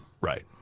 Right